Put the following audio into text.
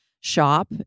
shop